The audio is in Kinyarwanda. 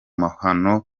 mahano